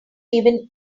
even